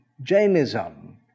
Jainism